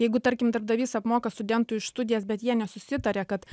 jeigu tarkim darbdavys apmoka studentui už studijas bet jie nesusitarė kad